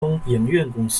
公司